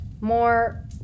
more